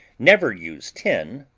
never use tin,